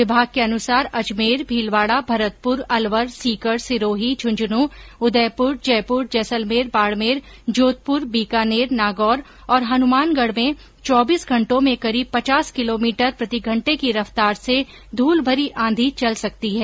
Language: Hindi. विभाग के अनुसार अजमेर भीलवाडा भरतपुर अलवर सीकर सिरोही झुन्झुनूं उदयपुर जयपुर जैसलमेर बाडमेर जोधपुर बीकानेर नागौर और हनुमानगढ में चौबीस घंटों में करीब पचास किलोमीटर प्रतिघंटे की रफ्तार से धूलभरी आंधी चल सकती है